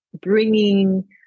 bringing